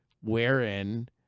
wherein